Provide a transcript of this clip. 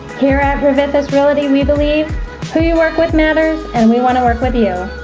here at rovithis realty, we believe who you work with matters, and we wanna work with you.